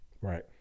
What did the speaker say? Right